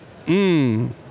Mmm